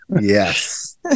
yes